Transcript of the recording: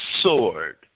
sword